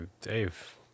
Dave